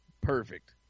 perfect